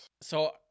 So-